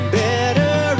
better